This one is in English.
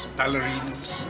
ballerinas